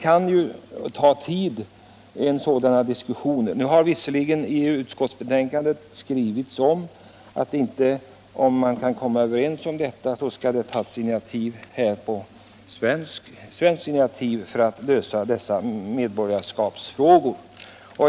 Men sådana diskussioner kan ju ta tid. I utskottsbetänkandet står att om enighet inte skulle kunna uppnås bör ett svenskt initiativ tas för att lösa dessa medborgarskapsfrågor.